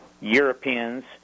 Europeans